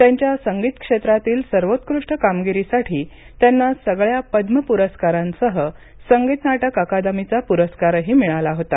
त्यांच्या संगीत क्षेत्रातील सर्वोत्कृष्ट कामगिरीसाठी त्यांना सगळ्या पद्म पुरस्कारांसह संगीत नाटक अकादमीचा पुरस्कारही मिळाला होता